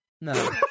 no